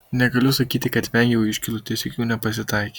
negaliu sakyti kad vengiau iškylų tiesiog jų nepasitaikė